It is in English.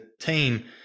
team